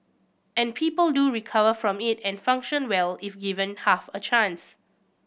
and people do recover from it and function well if given half a chance